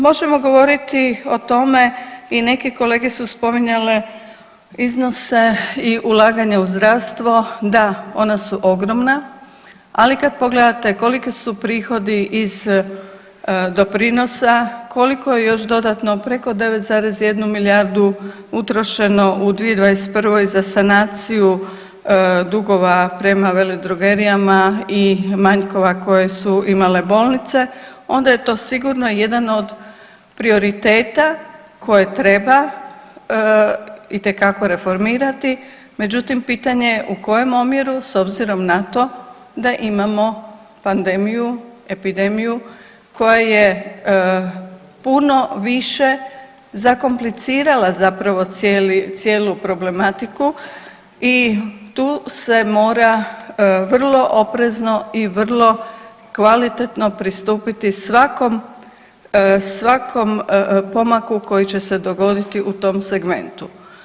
Može govoriti o tome i neki kolege su spominjale iznose i ulaganja u zdravstvo, da ona su ogromna, ali kad pogledate koliki su prihodi iz doprinosa, koliko je još dodatno preko 9,1 milijardu utrošeno u 2021. za sanaciju dugova prema veledrogerijama i manjkova koje su imale bolnice onda je to sigurno jedan od prioriteta koje treba itekako reformirati međutim pitanje je u koje omjeru s obzirom na to da imamo pandemiju, epidemiju koja je puno više zakomplicirala zapravo cijelu problematiku i tu se mora vrlo oprezno i vrlo kvalitetno pristupiti svakom, svakom pomaku koji će se dogoditi u tom segmentu.